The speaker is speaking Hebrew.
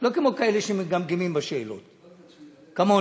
לא כמו כאלה שמגמגמים בשאלות, כמוני.